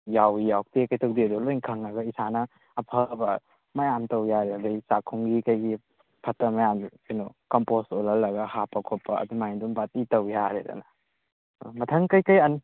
ꯌꯥꯎꯋꯤ ꯌꯥꯎꯗꯦ ꯀꯩꯗꯧꯗꯦꯗꯣ ꯂꯣꯏꯅ ꯈꯪꯉꯒ ꯏꯁꯥꯅ ꯑꯐꯕ ꯃꯌꯥꯝ ꯇꯧ ꯌꯥꯔꯦ ꯑꯗꯩ ꯆꯥꯛꯈꯨꯝꯒꯤ ꯀꯩꯒꯤ ꯐꯠꯇ ꯃꯌꯥꯝꯗꯣ ꯀꯩꯅꯣ ꯀꯝꯄꯣꯁ ꯑꯣꯜꯍꯜꯂꯒ ꯍꯥꯞꯄ ꯈꯣꯠꯄ ꯑꯗꯨꯃꯥꯏꯅ ꯑꯗꯨꯝ ꯄꯥꯔꯇꯤ ꯇꯧꯌꯥꯔꯦꯗꯅ ꯃꯊꯪ ꯀꯩꯀꯩ